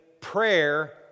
prayer